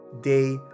day